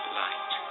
light